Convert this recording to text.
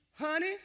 honey